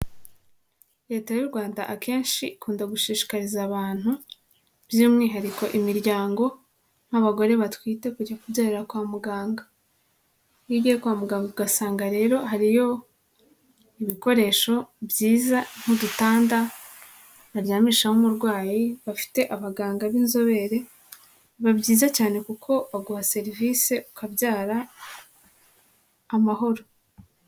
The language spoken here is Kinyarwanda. Leta y'u Rwanda akenshi ikunda gushishikariza abantu by'umwihariko imiryango nk'abagore batwite kujya kubyarira kwa muganga. Iyo ugiye kwa muganga ugasanga rero hariyo ibikoresho byiza nk'udutanda baryamishamo umurwayi bafite abaganga b'inzobere biba byiza cyane kuko baguha serivise ukabyara amahoro.